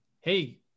Hey